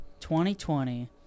2020